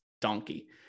donkey